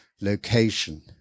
location